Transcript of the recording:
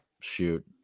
shoot